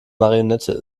marionette